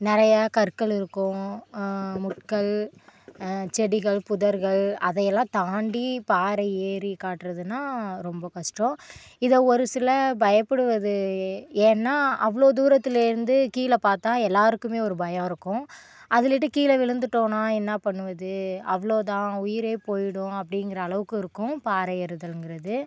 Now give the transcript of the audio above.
நிறையா கற்கள் இருக்கும் முட்கள் செடிகள் புதர்கள் அதை எல்லாம் தாண்டி பாறை ஏறி காட்டுறதுன்னா ரொம்ப கஷ்டம் இதை ஒரு சிலர் பயப்படுவது ஏ ஏன்னால் அவ்வளோ தூரத்துலேருந்து கீழே பார்த்தா எல்லோருக்குமே ஒரு பயம் இருக்கும் அதுலேட்டு கீழே விழுந்துட்டோன்னா என்ன பண்ணுவது அவ்வளோ தான் உயிரே போயிடும் அப்படிங்கிற அளவுக்கு இருக்கும் பாறை ஏறுதல்ங்கிறது